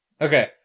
Okay